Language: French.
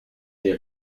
des